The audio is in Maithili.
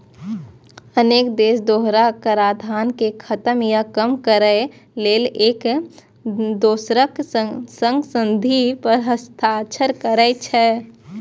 अनेक देश दोहरा कराधान कें खत्म या कम करै लेल एक दोसरक संग संधि पर हस्ताक्षर करै छै